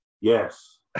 Yes